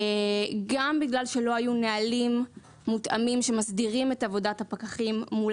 גם בגלל שלא היו נהלים מותאמים שמסדירים את עבודת הפקחים מול